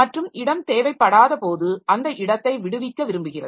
மற்றும் இடம் தேவைப்படாதபோது அந்த இடத்தை விடுவிக்க விரும்புகிறது